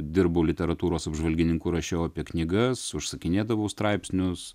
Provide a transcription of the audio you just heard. dirbau literatūros apžvalgininku rašiau apie knygas užsakinėdavau straipsnius